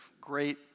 great